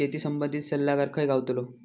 शेती संबंधित सल्लागार खय गावतलो?